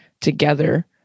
together